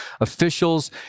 officials